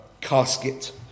casket